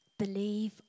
believe